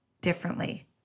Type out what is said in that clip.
differently